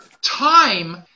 time